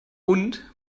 und